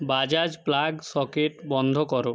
Bajaj plug socket বন্ধ করো